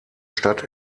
stadt